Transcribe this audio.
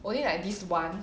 only like this one